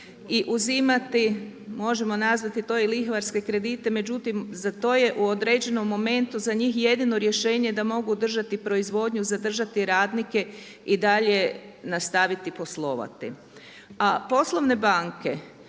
i uzimati možemo nazvati to i lihvarske kredite, međutim za to je u određenom momentu za njih jedino rješenje da mogu držati proizvodnju, zadržati radnike i dalje nastaviti poslovati. A poslovne banke